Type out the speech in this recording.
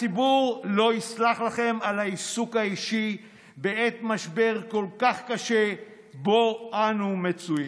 הציבור לא יסלח לכם על העיסוק האישי בעת משבר כל כך קשה שבו אנו מצויים,